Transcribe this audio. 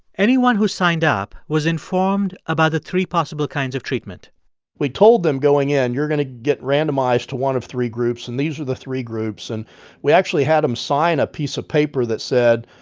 anyone who signed up was informed about the three possible kinds of treatment we told them going in, you're going to get randomized to one of three groups, and these are the three groups. and we actually had them sign a piece of paper that said,